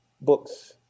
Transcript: books